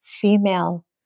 female